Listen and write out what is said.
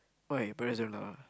why parents don't allow ah